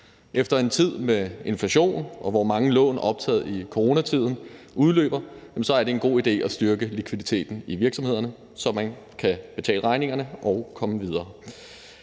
Efter en tid med inflation og nu, hvor mange lån optaget i coronatiden udløber, er det en god idé at styrke likviditeten i virksomhederne, så de kan betale regningerne og komme videre.